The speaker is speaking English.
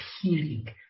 healing